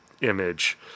image